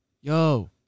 yo